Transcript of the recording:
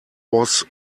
was